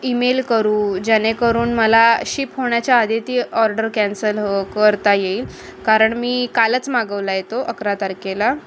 email करू जेणेकरून मला शिप होण्याच्या आधी ती ऑर्डर कॅन्सल हो करता येईल कारण मी कालच मागवला आहे तो अकरा तारखेला